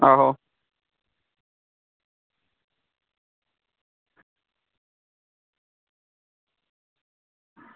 आहो